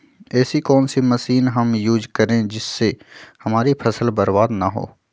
ऐसी कौन सी मशीन हम यूज करें जिससे हमारी फसल बर्बाद ना हो?